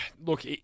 look